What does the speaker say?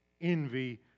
envy